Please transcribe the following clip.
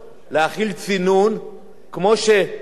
כמו שהם לא רצים לכנסת, דרך אגב.